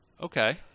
Okay